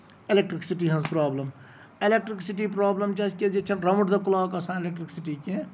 electricity ہنز problem electricity problem چھےٚ اَسہِ کیازِ ییٚتہِ چھےٚ نہٕ راوُنڈ دَ کٔلوک آسان اٮ۪لیکٹرسِٹی کیٚںہہ